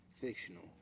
fictional